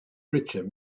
richer